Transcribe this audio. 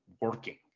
working